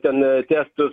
ten testų